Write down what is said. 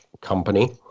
company